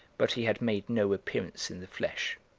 but he had made no appearance in the flesh.